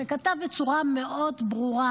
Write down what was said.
שכתב בצורה מאוד ברורה.